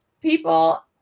people